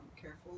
careful